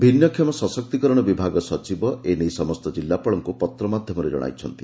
ଭିନୃଷମ ସଶକ୍ତିକରଣ ବିଭାଗ ସଚିବ ଏନେଇ ସମସ୍ତ ଜିଲ୍ଲାପାଳଙ୍କୁ ପତ୍ର ମାଧ୍ଧମରେ ଜଶାଇଛନ୍ତି